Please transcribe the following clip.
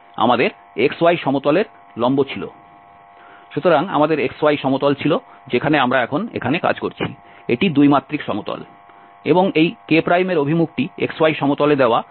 সুতরাং আমাদের xy সমতল ছিল যেখানে আমরা এখন এখানে কাজ করছি এটি 2 মাত্রিক সমতল এবং এই kএর অভিমুখটি xy সমতলে দেওয়া এই ডোমেনের সাথে লম্ব ছিল